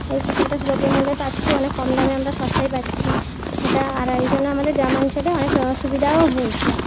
ওই ফসলটা সুলভ মূল্যে পাচ্ছি অনেক কম দামে আমরা সস্তায় পাচ্ছি ওটা আর এই জন্য আমাদের গ্রামাঞ্চলে অনেক সুবিধাও হয়েছে